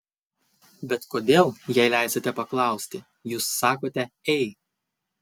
bet kodėl jei leisite paklausti jūs sakote ei